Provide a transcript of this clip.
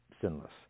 sinless